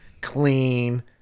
clean